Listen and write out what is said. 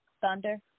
Thunder